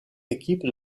équipes